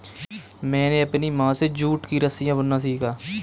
मैंने अपनी माँ से जूट की रस्सियाँ बुनना सीखा